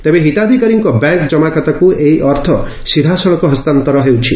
ତେବେ ହିତାଧିକାରୀଙ୍କ ବ୍ୟାଙ୍କ ଜମାଖାତାକୁ ଏହି ଅର୍ଥ ସିଧାସଳଖ ହସ୍ତାନ୍ତର ହେଉଛି